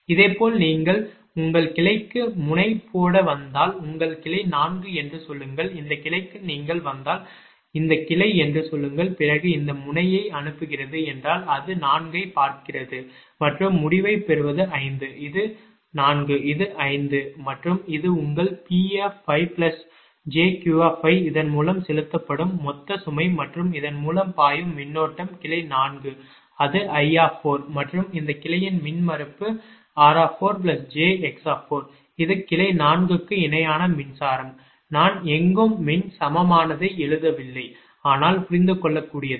இதேபோல் நீங்கள் உங்கள் கிளைக்கு முனை போட வந்தால் உங்கள் கிளை 4 என்று சொல்லுங்கள் இந்த கிளைக்கு நீங்கள் வந்தால் இந்த கிளை என்று சொல்லுங்கள் பிறகு இந்த முனையை அனுப்புகிறது என்றால் அது 4 ஐப் பார்க்கிறது மற்றும் முடிவைப் பெறுவது 5 இது 4 இது 5 மற்றும் இது உங்கள் PjQ இதன் மூலம் செலுத்தப்படும் மொத்த சுமை மற்றும் இதன் மூலம் பாயும் மின்னோட்டம் கிளை 4 அது I மற்றும் இந்த கிளையின் மின்மறுப்பு rjx இது கிளை 4 க்கு இணையான மின்சாரம் நான் எங்கும் மின் சமமானதை எழுதவில்லை ஆனால் புரிந்துகொள்ளக்கூடியது